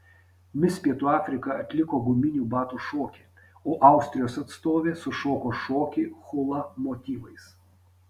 mis pietų afrika atliko guminių batų šokį o austrijos atstovė sušoko šokį hula motyvais